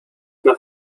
nach